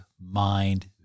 mind